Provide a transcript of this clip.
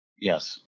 Yes